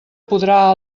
podrà